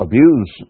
Abuse